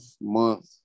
month